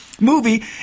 movie